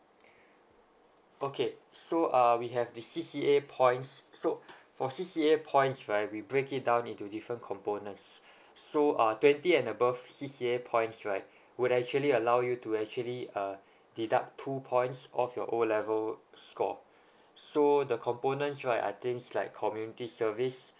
okay so err we have the C_C_A points so for C_C_A points right we break it down into different components so uh twenty and above C_C_A points right would actually allow you to actually uh deduct two points of your O level score so the components right are things like community service